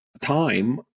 time